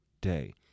day